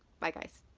bye guys!